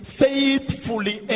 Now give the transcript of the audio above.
faithfully